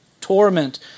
torment